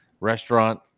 restaurant